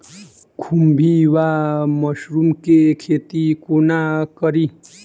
खुम्भी वा मसरू केँ खेती कोना कड़ी?